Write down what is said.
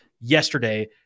yesterday